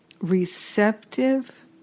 receptive